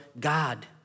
God